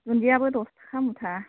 दुन्दियाबो दस थाखा मुथा